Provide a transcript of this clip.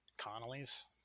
Connolly's